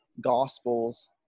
gospels